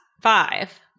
five